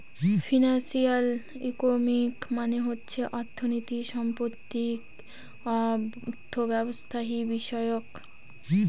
financial economics মানে হচ্ছে অর্থনীতি সম্পর্কিত অর্থব্যবস্থাবিষয়ক